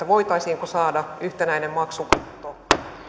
voitaisiinko saada yhtenäinen maksukatto toivon